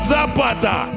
Zapata